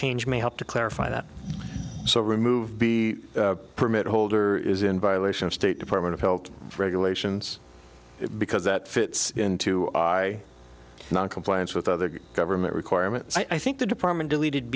change may help to clarify that so remove the permit holder is in violation of state department of health regulations because that fits into i noncompliance with other government requirements i think the department delete